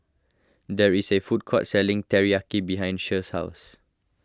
there is a food court selling Teriyaki behind Che's house